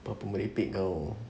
apa apa merepek kau